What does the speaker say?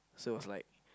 so was like